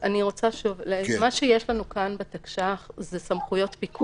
אני רוצה שוב: מה שיש לנו כאן בתקש"ח זה סמכויות פיקוח.